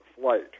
flight